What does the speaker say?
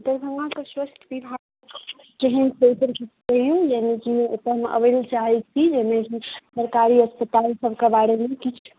दरभंगाके स्वास्थ्य विभाग केहन छै ओहिपर किछु कहियौ यानि कि ओतय हम आबय लेल चाहै छी सरकारी अस्पताल सभके बारेमे किछु